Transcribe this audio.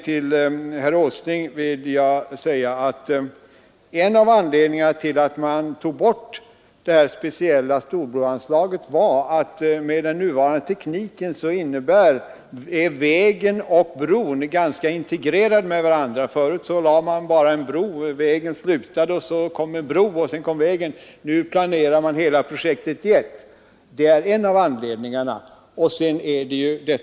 Till herr Åsling vill jag slutligen säga att en av anledningarna till att man tog bort det speciella storbroanslaget var att med nuvarande teknik är vägen och bron ganska integrerade med varandra. Förut byggde man bara en bro där man inte kunde ha väg. Nu projekterar man vägen och bron i ett sammanhang. Det är en av anledningarna till att detta anslag togs bort.